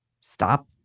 stop